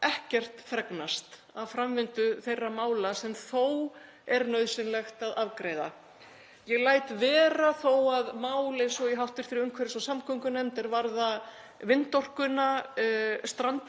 ekkert fregnast af framvindu þeirra mála sem þó er nauðsynlegt að afgreiða. Ég læt vera þó að mál eins og í hv. umhverfis- og samgöngunefnd er varða vindorkuna strandi